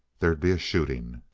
there'd be a shooting!